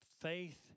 Faith